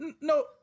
No